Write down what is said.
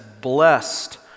blessed